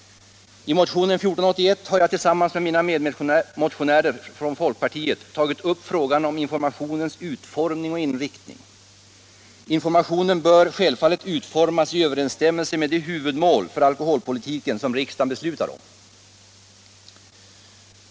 I motionen 1481 har jag tillsammans med mina medmotionärer från folkpartiet tagit upp frågan om informationens utformning och inriktning. Informationen bör självfallet utformas i överensstämmelse med det huvudmål för alkoholpolitiken som riksdagen beslutar om.